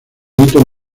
benito